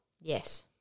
Yes